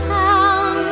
town